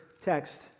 text